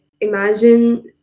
imagine